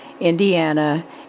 Indiana